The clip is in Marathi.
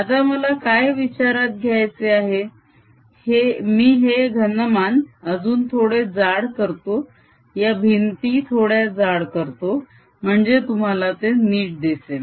आता मला काय विचारात घ्यायचे आहे मी हे घनमान अजून थोडे जाड करतो या भिंती थोड्या जाड करतो म्हणजे तुम्हाला ते नीट दिसेल